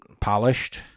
polished